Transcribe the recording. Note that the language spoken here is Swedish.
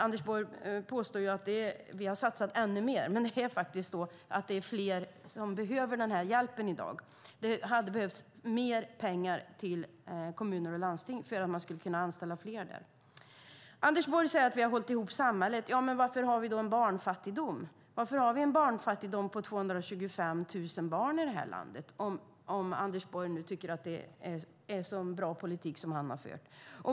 Anders Borg påstår att regeringen har satsat ännu mer, men det är faktiskt fler som behöver den här hjälpen i dag. Det hade behövts mer pengar till kommuner och landsting för att kunna anställa fler där. Anders Borg säger att vi har hållit ihop samhället. Varför har vi då barnfattigdom? Varför har vi en barnfattigdom på 225 000 barn i det här landet om Anders Borg har fört en så bra politik som han tycker?